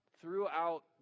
throughout